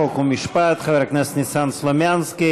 חוק ומשפט חבר הכנסת ניסן סלומינסקי.